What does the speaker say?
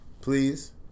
Please